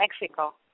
Mexico